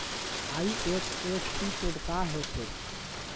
IFSC code का होथे?